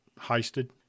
heisted